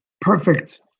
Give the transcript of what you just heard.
perfect